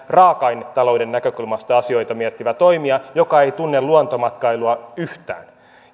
raaka ainetalouden näkökulmasta asioita miettivä toimija joka ei tunne luontomatkailua yhtään